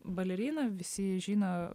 balerina visi žino